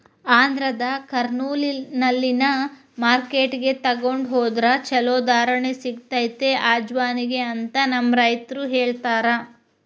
ಆಂಧ್ರದ ಕರ್ನೂಲ್ನಲ್ಲಿನ ಮಾರ್ಕೆಟ್ಗೆ ತೊಗೊಂಡ ಹೊದ್ರ ಚಲೋ ಧಾರಣೆ ಸಿಗತೈತಿ ಅಜವಾನಿಗೆ ಅಂತ ನಮ್ಮ ರೈತರು ಹೇಳತಾರ